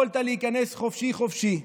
יכולת להיכנס חופשי חופשי.